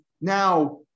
now